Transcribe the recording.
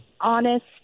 honest